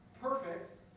perfect